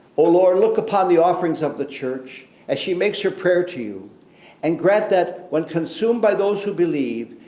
oh lord look upon the offerings of the church as she makes her prayer to you and grant that, when consumed by those who believe,